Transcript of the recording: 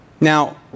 Now